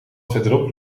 verderop